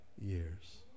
years